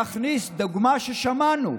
דוגמה ששמענו,